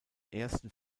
ersten